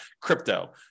crypto